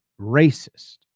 racist